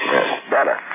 Better